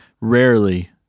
rarely